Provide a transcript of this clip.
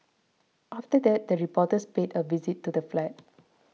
after that the reporters paid a visit to the flat